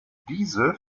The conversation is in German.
diese